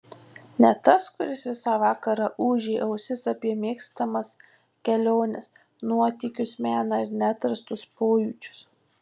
ne tas kuris visą vakarą ūžė ausis apie mėgstamas keliones nuotykius meną ir neatrastus pojūčius